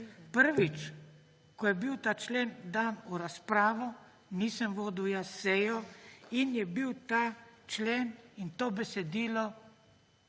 Prvič. Ko je bil ta člen dan v razpravo, nisem vodil jaz sejo. In je bil ta člen in to besedilo